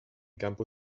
campo